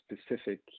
specific